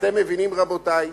אתם מבינים, רבותי?